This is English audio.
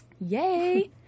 Yay